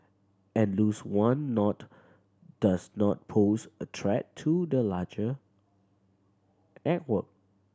and lose one node does not pose a threat to the larger network